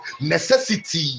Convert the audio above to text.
necessity